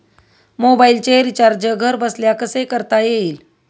मोबाइलचे रिचार्ज घरबसल्या कसे करता येईल?